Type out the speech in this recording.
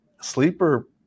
sleeper